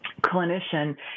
clinician